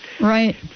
right